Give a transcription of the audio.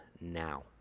now